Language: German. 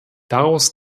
daraus